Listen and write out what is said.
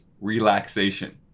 relaxation